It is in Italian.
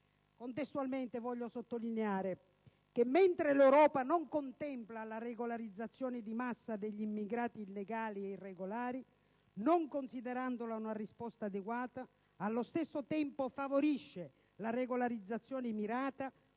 Contestualmente voglio sottolineare che l'Europa, nel mentre non contempla la regolarizzazione di massa degli immigrati illegali e irregolari, non considerandola una risposta adeguata, allo stesso tempo favorisce la regolarizzazione mirata,